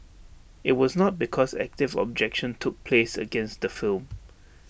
IT was not because active objection took place against the film